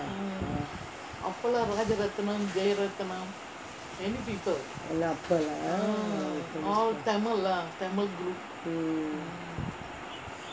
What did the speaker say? அப்போ லாம்:appo lam mm